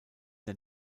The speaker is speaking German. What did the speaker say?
der